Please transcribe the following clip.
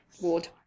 Ward